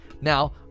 Now